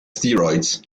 steroids